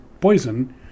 poison